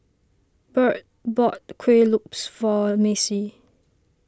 Byrd bought Kueh Lopes for Mace